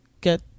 get